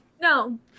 no